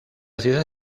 ciudad